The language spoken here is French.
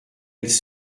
elles